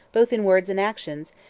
both in words and actions,